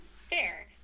fair